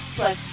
plus